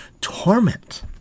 torment